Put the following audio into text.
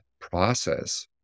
process